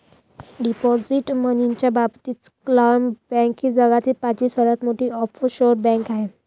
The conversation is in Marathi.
डिपॉझिट मनीच्या बाबतीत क्लामन बँक ही जगातील पाचवी सर्वात मोठी ऑफशोअर बँक आहे